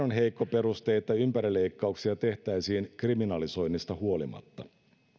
on heikko peruste että ympärileikkauksia tehtäisiin kriminalisoinnista huolimatta